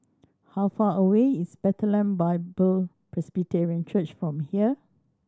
how far away is Bethlehem Bible Presbyterian Church from here